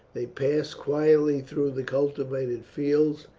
they passed quietly through the cultivated fields,